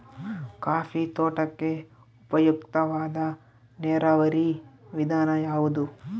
Coffee ತೋಟಕ್ಕೆ ಉಪಯುಕ್ತವಾದ ನೇರಾವರಿ ವಿಧಾನ ಯಾವುದು?